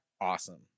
awesome